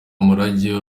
umurage